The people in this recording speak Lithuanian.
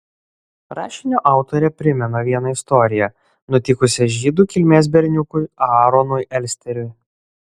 rašinio autorė primena vieną istoriją nutikusią žydų kilmės berniukui aaronui elsteriui